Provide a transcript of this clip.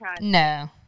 No